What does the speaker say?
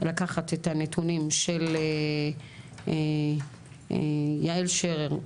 לקחת את הנתונים של יעל שרר,